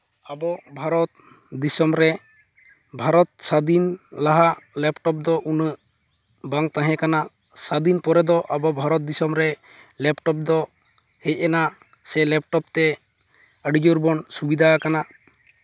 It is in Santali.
ᱟᱵᱚ ᱵᱷᱟᱨᱚᱛ ᱫᱤᱥᱚᱢ ᱨᱮ ᱵᱷᱟᱨᱚᱛ ᱥᱟᱹᱫᱷᱤᱱ ᱞᱟᱦᱟ ᱞᱮᱯᱴᱚᱯ ᱫᱚ ᱩᱱᱟᱹᱜ ᱵᱟᱝ ᱛᱟᱦᱮᱸ ᱠᱟᱱᱟ ᱥᱟᱹᱫᱷᱤᱱ ᱯᱚᱨᱮ ᱫᱚ ᱟᱵᱚ ᱵᱷᱟᱨᱚᱛ ᱫᱤᱥᱚᱢ ᱨᱮ ᱞᱮᱯᱴᱚᱯ ᱫᱚ ᱦᱮᱡ ᱮᱱᱟ ᱥᱮ ᱞᱮᱯᱴᱚᱯ ᱛᱮ ᱟᱹᱰᱤ ᱡᱳᱨ ᱵᱚᱱ ᱥᱩᱵᱤᱫᱷᱟ ᱟᱠᱟᱱᱟ